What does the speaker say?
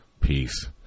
peace